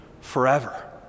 forever